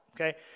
Okay